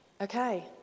Okay